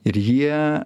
ir jie